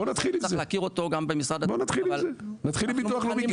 צריך להכיר אותו גם במשרד ה- -- בוא נתחיל עם ביטוח לאומי.